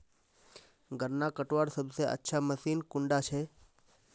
गन्ना कटवार सबसे अच्छा मशीन कुन डा छे?